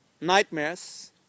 nightmares